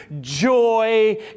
joy